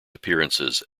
appearances